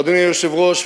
אדוני היושב-ראש,